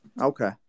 Okay